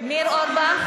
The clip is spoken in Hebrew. ניר אורבך,